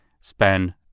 span